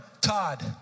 Todd